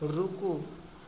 रुकू